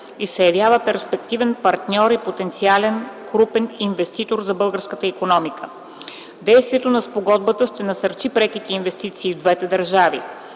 и се явява перспективен партньор и потенциален крупен инвеститор за българската икономика. Действието на Спогодбата ще насърчи преките инвестиции в двете държави.